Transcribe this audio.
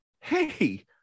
hey